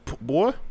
Boy